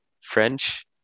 French